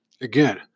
Again